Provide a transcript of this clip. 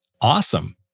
Awesome